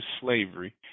slavery